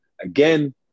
again